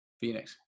Phoenix